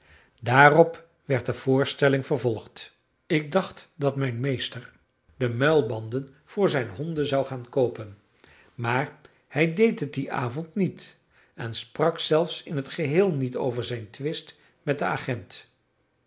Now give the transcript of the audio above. daarop werd de voorstelling vervolgd ik dacht dat mijn meester de muilbanden voor zijn honden zou gaan koopen maar hij deed het dien avond niet en sprak zelfs in het geheel niet over zijn twist met den agent